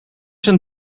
zijn